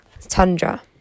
tundra